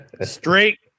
Straight